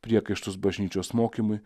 priekaištus bažnyčios mokymui